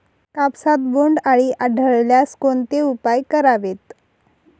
कापसात बोंडअळी आढळल्यास कोणते उपाय करावेत?